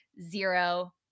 Zero